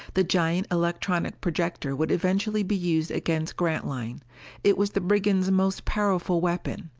the giant electronic projector would eventually be used against grantline it was the brigands' most powerful weapon.